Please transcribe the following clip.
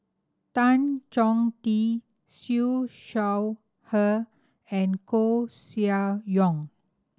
Tan Chong Tee Siew Shaw Her and Koeh Sia Yong